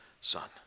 Son